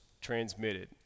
transmitted